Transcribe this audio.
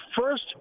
first